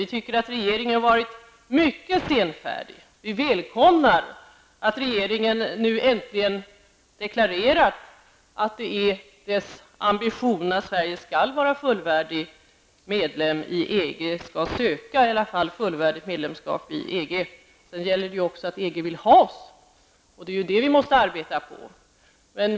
Vi anser att regeringen varit mycket senfärdig. Vi välkomnar att regeringen nu äntligen deklarerat att det är dess ambition att Sverige skall vara fullvärdig medlem i EG, eller i varje fall söka fullvärdigt medlemskap i EG. Sedan gäller det också att EG vill ha oss. Det är ju detta vi måste arbeta för.